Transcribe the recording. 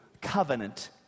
covenant